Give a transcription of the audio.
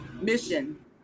mission